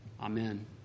Amen